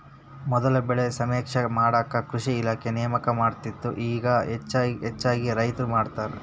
ಮೊದಲ ಬೆಳೆ ಸಮೇಕ್ಷೆ ಮಾಡಾಕ ಕೃಷಿ ಇಲಾಖೆ ನೇಮಕ ಮಾಡತ್ತಿತ್ತ ಇಗಾ ಹೆಚ್ಚಾಗಿ ರೈತ್ರ ಮಾಡತಾರ